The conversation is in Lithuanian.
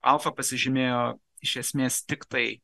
alfa pasižymėjo iš esmės tiktai